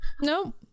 no